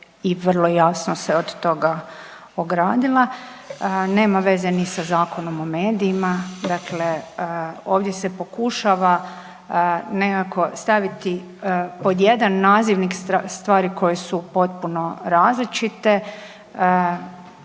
i vrlo jasno se od toga ogradila, nema veze ni sa Zakonom o medijima, dakle ovdje se pokušava nekako staviti pod jedan nazivnik stvari koje su potpuno različite.